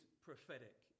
prophetic